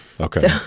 Okay